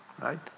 right